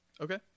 Okay